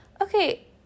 okay